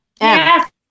Yes